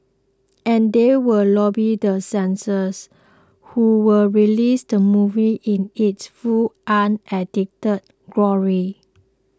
and they will lobby the censors who will release the movie in its full unedited glory